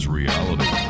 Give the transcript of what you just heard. reality